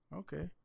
okay